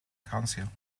council